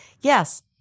Yes